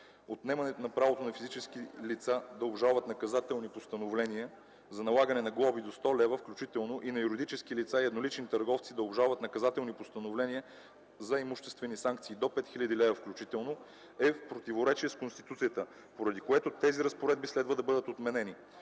Отнемането на правото на физически лица да обжалват наказателни постановления за налагане на глоби до 100 лв. включително и на юридически лица и еднолични търговци да обжалват наказателни постановления за имуществени санкции до 5000 лв. включително, e в противоречие с Конституцията, поради което тези разпоредби следва да бъдат отменени.